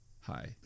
Hi